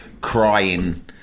crying